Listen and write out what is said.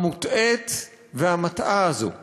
המוטעית והמטעה הזאת.